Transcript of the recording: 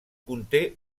conté